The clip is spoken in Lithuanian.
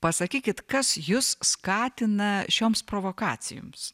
pasakykit kas jus skatina šioms provokacijoms čia šūkauti